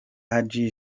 hadi